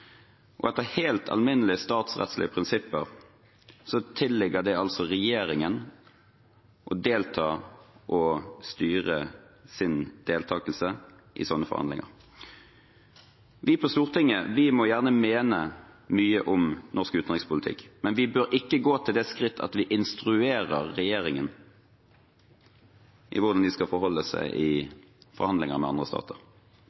og etter helt alminnelige statsrettslige prinsipper tilligger det regjeringen å delta og styre sin deltakelse i slike forhandlinger. Vi på Stortinget må gjerne mene mye om norsk utenrikspolitikk, men vi bør ikke gå til det skritt at vi instruerer regjeringen i hvordan de skal forholde seg i forhandlinger med andre stater.